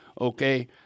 okay